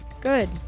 Good